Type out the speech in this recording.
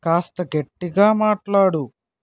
కాస్త గట్టిగా మాట్లాడు